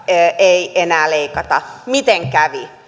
ei enää leikata miten kävi